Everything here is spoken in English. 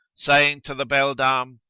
saying to the beldam,